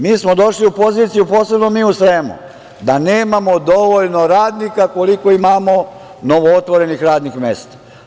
Mi smo došli u poziciju posebno mi u Sremu, da nemamo dovoljno radnika, koliko imamo novootvorenih radnim mesta.